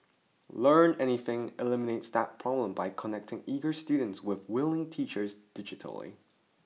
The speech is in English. Learn Anything eliminates that problem by connecting eager students with willing teachers digitally